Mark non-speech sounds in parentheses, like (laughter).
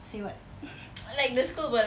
say what (laughs)